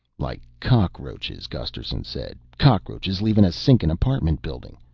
like cockroaches, gusterson said. cockroaches leavin' a sinkin' apartment building.